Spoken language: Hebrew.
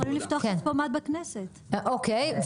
אוקי.